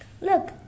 Look